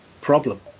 problem